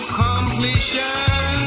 completion